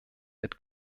mit